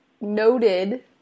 noted